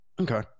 okay